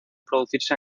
producirse